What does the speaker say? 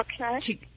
Okay